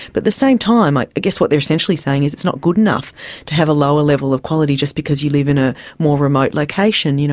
but at the same time i guess what they are essentially saying is it's not good enough to have a lower level of quality just because you live in a more remote location. you know